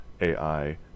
AI